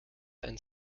and